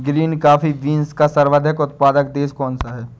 Green coffee beans का सर्वाधिक उत्पादक देश कौन सा है?